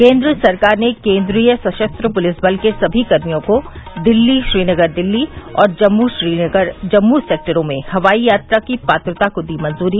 केन्द्र सरकार ने केन्द्रीय सशस्त्र पुलिस बल के सभी कर्मियों को दिल्ली श्रीनगर दिल्ली और जम्मू श्रीनगर जम्मू सेक्टरों में हवाई यात्रा की पात्रता को दी मंजूरी